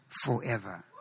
forever